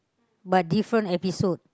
but different episode